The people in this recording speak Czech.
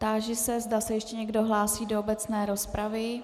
Táži se, zda se ještě někdo hlásí do obecné rozpravy.